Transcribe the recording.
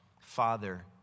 Father